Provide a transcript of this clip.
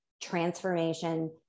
transformation